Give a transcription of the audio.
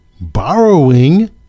borrowing